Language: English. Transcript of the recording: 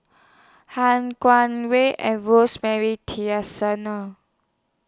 Han Guangwei and Rosemary Tessensohn No